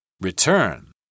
Return